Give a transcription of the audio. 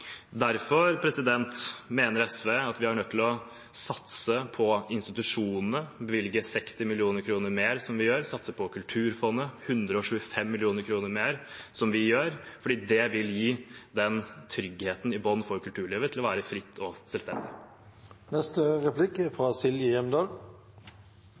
Derfor mener SV at vi er nødt til å satse på institusjonene, bevilge 60 mill. kr mer, som vi gjør, satse på Kulturfondet, som vi gjør, med 125 mill. kr mer, fordi det vil gi den tryggheten i bunnen for kulturlivet til å kunne være fritt og selvstendig.